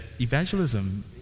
evangelism